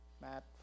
Matt